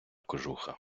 кожуха